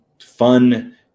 fun